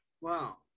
Wow